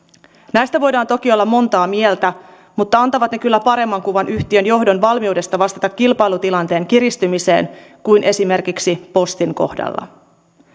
näistä voidaan toki olla monta mieltä mutta antavat ne kyllä paremman kuvan yhtiön johdon valmiudesta vastata kilpailutilanteen kiristymiseen kuin esimerkiksi postin kohdalla